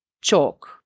chalk